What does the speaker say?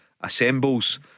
assembles